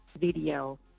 video